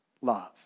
Love